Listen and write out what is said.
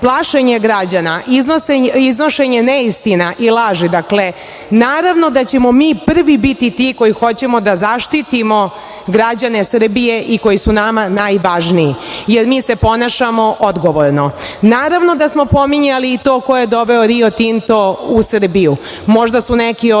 plašenje građana, iznošenje neistina i laži, naravno da ćemo mi prvi biti koji hoćemo da zaštitimo građane Srbije i koji su nama najvažniji, jer mi se ponašamo odgovorno. Naravno da smo pominjali i to koje doveo Rio Tinto u Srbiju. Možda su neki od